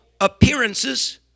appearances